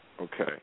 Okay